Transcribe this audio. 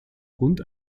rund